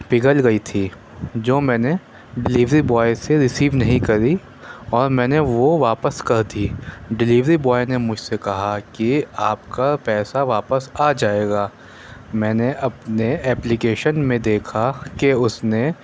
پگھل گئی تھی جو میں نے ڈیلوری بوائے سے رسیو نہیں کری اور میں نے وہ واپس کردی ڈلوری بوائے نے مجھ سے کہا کہ آپ کا پیسہ واپس آ جائے گا میں نے اپنے ایپلیکیشن میں دیکھا کہ اس نے